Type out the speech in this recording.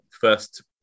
first